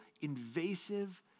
invasive